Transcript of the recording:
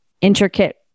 intricate